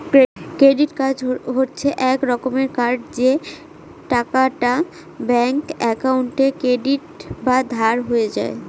credit card হচ্ছে এক রকমের কার্ড যে টাকাটা ব্যাঙ্ক একাউন্টে ক্রেডিট বা ধার হয়ে যায়